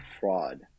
fraud